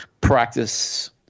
practice